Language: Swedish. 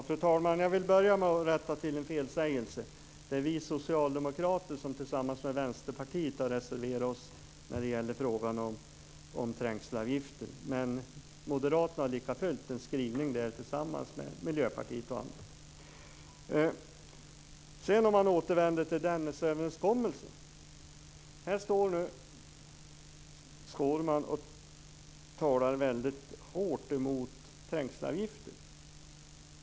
Fru talman! Jag vill börja med att rätta till en felsägning. Det är vi socialdemokrater som tillsammans med Vänsterpartiet har reserverat oss när det gäller frågan om trängselavgifter. Men Moderaterna har lika fullt en skrivning tillsammans med Miljöpartiet och andra. Jag ska återvända till Dennisöverenskommelsen. Här står nu Skårman och talar väldigt kraftfullt mot trängselavgifter.